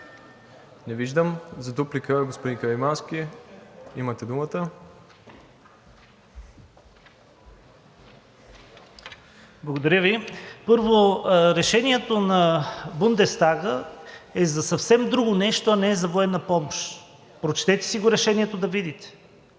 Не виждам. За дуплика, господин Каримански, имате думата. ЛЮБОМИР КАРИМАНСКИ (ИТН): Благодаря Ви. Първо, решението на Бундестага е за съвсем друго нещо, а не за военна помощ. Прочетете си решението, да видите.